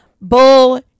bull